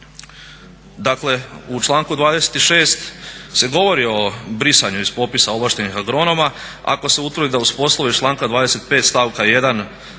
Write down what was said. Dakle u članku 26.se govori o brisanju iz popisa ovlaštenih agronoma, ako se utvrdi da uz poslove iz članka 25.stavka